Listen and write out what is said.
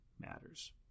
matters